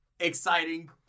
Exciting